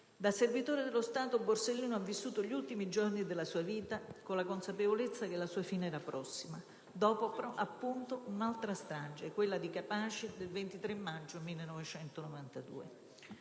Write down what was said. Da servitore dello Stato Paolo Borsellino ha vissuto gli ultimi giorni della sua vita con la consapevolezza che la sua fine era prossima dopo, appunto, un'altra strage, quella di Capaci del 23 maggio 1992.